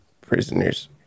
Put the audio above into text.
prisoners